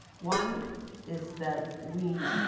one is that we